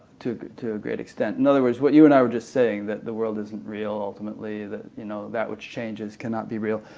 to to a great extent. in other words, what you and i were just saying that the world isn't real ultimately, that you know that which changes cannot be real,